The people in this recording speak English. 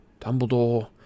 Dumbledore